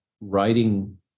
writing